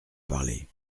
parlez